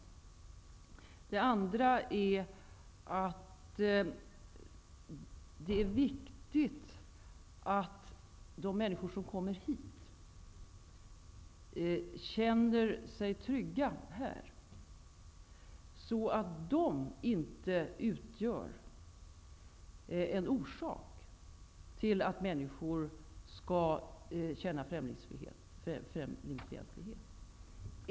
För det andra är det viktigt att de människor som kommer hit känner sig trygga här, så att de inte utgör en orsak till att andra människor känner främlingsfientlighet.